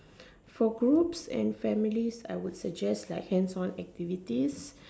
for groups and families I would suggest like hands on activities